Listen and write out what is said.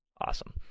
Awesome